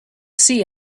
see